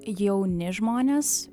jauni žmonės